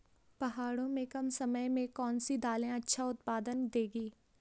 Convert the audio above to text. पहाड़ों में कम समय में कौन सी दालें अच्छा उत्पादन देंगी?